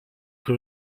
que